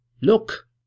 Look